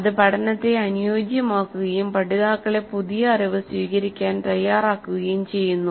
അത് പഠനത്തെ അനുയോജ്യമാക്കുകയും പഠിതാക്കളെ പുതിയ അറിവ് സ്വീകരിക്കാൻ തയ്യാറാക്കുകയും ചെയ്യുന്നു